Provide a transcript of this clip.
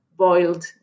boiled